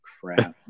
crap